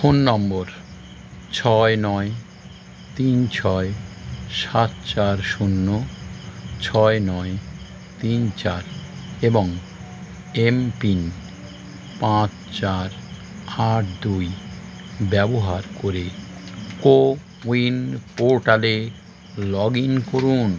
phone নম্বর ছয় নয় তিন ছয় সাত চার শূন্য ছয় নয় তিন চার এবং এমপিন পাঁচ চার আট দুই ব্যবহার করে কোউইন পোর্টালে লগ ইন করুন